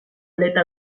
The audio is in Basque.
oleta